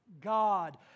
God